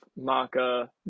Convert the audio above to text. maka